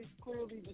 clearly